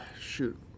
shoot